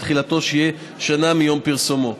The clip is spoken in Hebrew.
ותחילתו תהיה שנה מיום פרסומו.